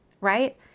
right